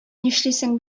нишлисең